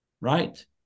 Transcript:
right